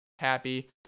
happy